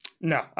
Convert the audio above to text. No